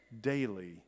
daily